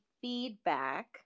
feedback